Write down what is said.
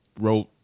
wrote